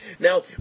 Now